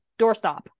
doorstop